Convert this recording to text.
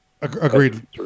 Agreed